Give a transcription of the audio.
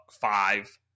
five